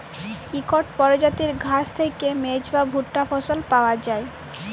ইকট পরজাতির ঘাঁস থ্যাইকে মেজ বা ভুট্টা ফসল পাউয়া যায়